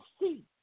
see